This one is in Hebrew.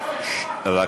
נמנע אחד.